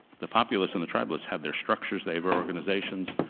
the populists and the tribalists have their structures, they have our organizations.